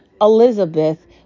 Elizabeth